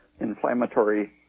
Inflammatory